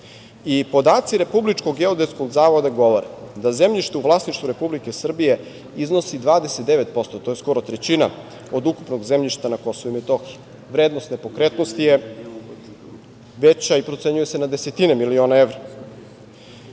Podaci Republičkog geodetskog zavoda govore da zemljište u vlasništvu Republike Srbije iznosi 29%, to je skoro trećina od ukupnog zemljišta na Kosovu i Metohiji. Vrednost nepokretnosti je veća i procenjuje se na desetine miliona evra. Ne